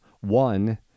One